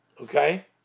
Okay